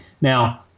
now